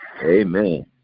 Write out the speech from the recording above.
Amen